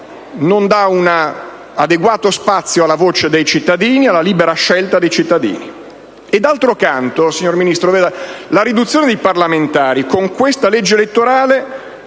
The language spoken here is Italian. non dà un adeguato spazio alla voce ed alla libera scelta dei cittadini. D'altro canto, signor Ministro, la riduzione del numero dei parlamentari con questa legge elettorale,